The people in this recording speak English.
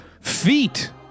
feet